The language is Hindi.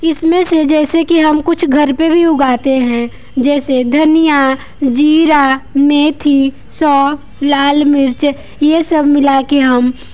इसमें से जैसे कि हम कुछ घर पर भी उगते हैं जैसे धनिया ज़ीरा मेथी सौंफ़ लाल मिर्च ये सब मिला के हम